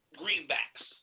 greenbacks